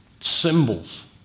Symbols